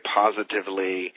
positively